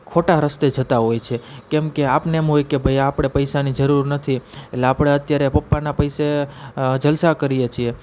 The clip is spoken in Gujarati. ખોટા રસ્તે જતાં હોય છે કેમકે આપણને એમ હોય કે ભાઈ આપણે પૈસાની જરૂર નથી એટલે આપણે અત્યારે પપ્પાના પૈસે જલસા કરીએ છીએ